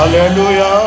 Hallelujah